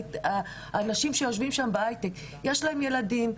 גם אנשים שיושבים שם בהייטק יש להם ילדים,